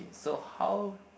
so how